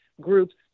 groups